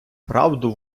правду